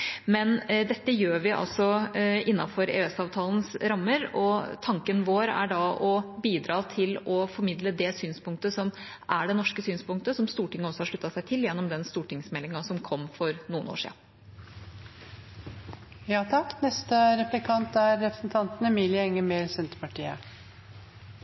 men dette gjør vi altså innenfor EØS-avtalens rammer. Tanken vår er å bidra til å formidle det som er det norske synspunktet, som Stortinget også har sluttet seg til, gjennom behandlingen av den stortingsmeldinga som kom for noen år